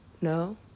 No